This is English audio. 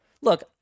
Look